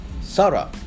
Sarah